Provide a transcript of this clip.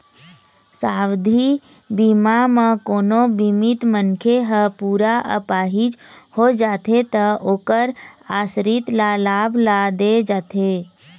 सावधि बीमा म कोनो बीमित मनखे ह पूरा अपाहिज हो जाथे त ओखर आसरित ल लाभ ल दे जाथे